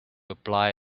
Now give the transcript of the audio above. apply